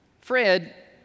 Fred